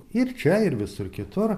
ir čia ir visur kitur